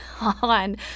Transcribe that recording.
on